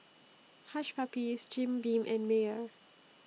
Hush Puppies Jim Beam and Mayer